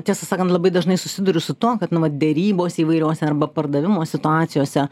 tiesą sakant labai dažnai susiduriu su tuo kad nu vat derybose įvairiose arba pardavimo situacijose